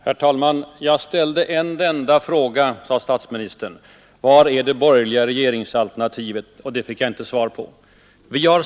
Herr talman! Jag ställde en enda fråga, sade statsministern: Var är det borgerliga regeringsalternativet? Och den fick jag inte svar på, sade han.